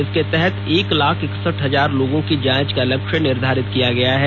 इसके तहत एक लाख इकसठ हजार लोगों की जांच का लक्ष्य निर्धारित किया गया है